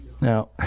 Now